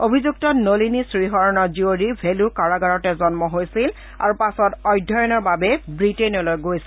অভিযুক্ত নলিনী শ্ৰীহৰণৰ জীয়ৰীৰ ভেলোৰ কাৰাগাৰতে জন্ম হৈছিল আৰু পাছত অধ্যয়নৰ বাবে ব্ৰিটেইনলৈ গৈছিল